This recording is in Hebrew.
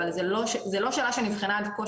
אבל זה לא שנבחנה עד כה,